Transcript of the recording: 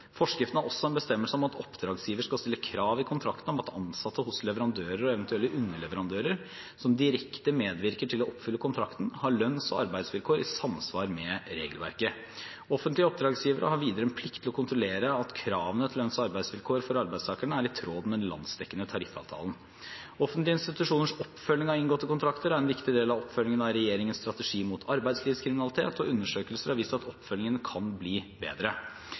har også en bestemmelse om at oppdragsgiver skal stille krav i kontrakten om at ansatte hos leverandører og eventuelle underleverandører, som direkte medvirker til å oppfylle kontrakten, har lønns- og arbeidsvilkår i samsvar med regelverket. Offentlige oppdragsgivere har videre en plikt til å kontrollere at kravene til lønns- og arbeidsvilkår for arbeidstakerne er i tråd med den landsdekkende tariffavtalen. Offentlige institusjoners oppfølging av inngåtte kontrakter er en viktig del av oppfølgingen av regjeringens strategi mot arbeidslivskriminalitet, og undersøkelser har vist at oppfølgingen kan bli bedre.